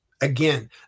Again